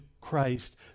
Christ